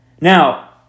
Now